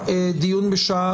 הישיבה ננעלה בשעה